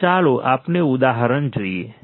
તો ચાલો આપણે ઉદાહરણ જોઈએ